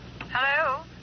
Hello